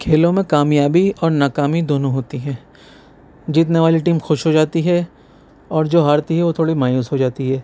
کھیلوں میں کامیابی اور ناکامی دونوں ہوتی ہیں جیتنے والی ٹیم خوش ہو جاتی ہے اور جو ہارتی ہے وہ تھوڑی مایوس ہوجاتی ہے